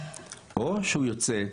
או שהוא יוצא,